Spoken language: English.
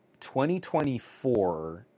2024